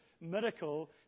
miracle